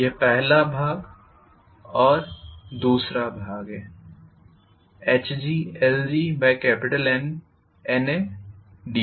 यह पहला भाग और दूसरा भाग है HglgNNAdB